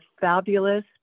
fabulous